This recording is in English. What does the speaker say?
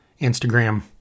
Instagram